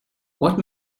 what